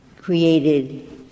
created